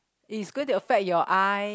it's going to affect your eye